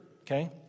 okay